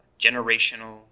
Generational